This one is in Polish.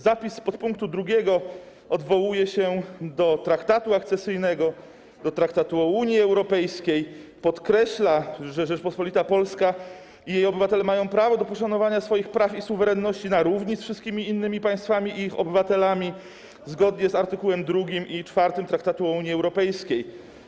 Zapis z pkt 2 odwołuje się do Traktatu akcesyjnego, do traktatu o Unii Europejskiej, podkreśla, że Rzeczpospolita Polska i jej obywatele mają prawo do poszanowania swoich praw i suwerenności na równi z wszystkimi innymi państwami i ich obywatelami zgodnie z art. 2 i 4 Traktatu o Unii Europejskiej.